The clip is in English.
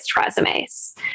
resumes